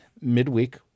midweek